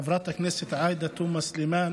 חברת הכנסת עאידה תומא סלימאן